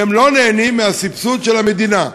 והם לא נהנים מהסבסוד של המדינה.